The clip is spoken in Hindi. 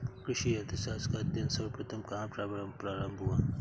कृषि अर्थशास्त्र का अध्ययन सर्वप्रथम कहां प्रारंभ हुआ?